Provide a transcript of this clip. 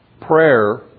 Prayer